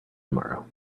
tomorrow